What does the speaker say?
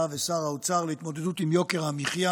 ושר האוצר להתמודדות עם יוקר המחיה.